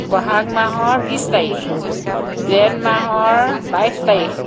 বহাগ মাহৰ বিছ তাৰিখ জেঠ মাহৰ বাইছ তাৰিখ